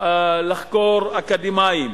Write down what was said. לחקור אקדמאים,